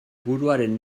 buruaren